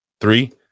Three